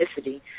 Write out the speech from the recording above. ethnicity